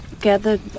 gathered